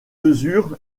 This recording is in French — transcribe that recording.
mesure